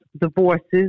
divorces